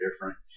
different